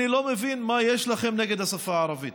אני לא מבין מה יש לכם נגד השפה הערבית.